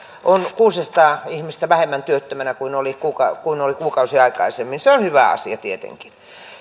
on ollut kuusisataa ihmistä vähemmän työttömänä kuin oli kuukausi aikaisemmin se on hyvä asia tietenkin